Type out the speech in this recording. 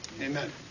Amen